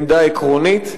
עמדה עקרונית.